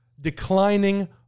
declining